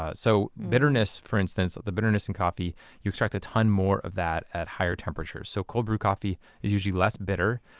ah so bitterness for instance, the bitterness in coffee you extract a ton more of that at higher temperatures. so, cold brew coffee is usually less bitter.